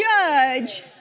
judge